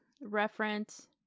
reference